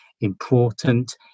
important